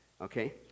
Okay